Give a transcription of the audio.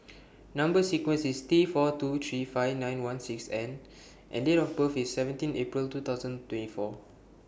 Number sequence IS T four two three five nine one six N and Date of birth IS seventeen April two thousand twenty four